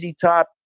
Top